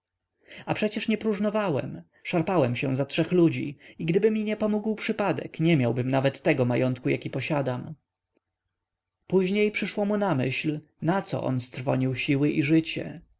a przecież nie próżnowałem szarpałem się za trzech ludzi i gdyby mi nie pomógł przypadek nie miałbym nawet tego majątku jaki posiadam później przyszło mu na myśl nacoto on strwonił siły i życie